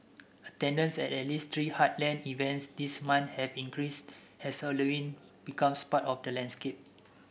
attendance at at least three heartland events this month have increased as Halloween becomes part of the landscape